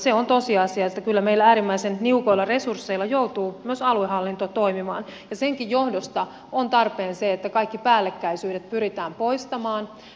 se on tosiasia että kyllä meillä äärimmäisen niukoilla resursseilla joutuu myös aluehallinto toimimaan ja senkin johdosta on tarpeen se että kaikki päällekkäisyydet pyritään poistamaan